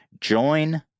join